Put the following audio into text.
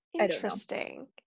Interesting